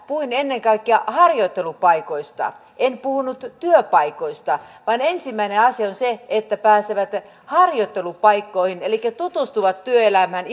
puhuin ennen kaikkea harjoittelupaikoista en puhunut työpaikoista ensimmäinen asia on se että he pääsevät harjoittelupaikkoihin elikkä tutustuvat työelämään